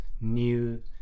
new